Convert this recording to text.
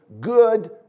good